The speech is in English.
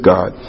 God